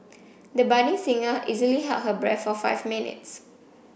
the budding singer easily held her breath for five minutes